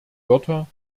wörter